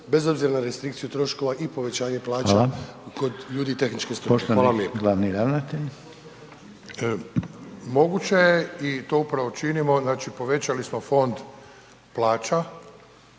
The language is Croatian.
bez obzira na restrikciju troškova i povećanja plaća kod ljudi tehničke struke? Hvala lijepo.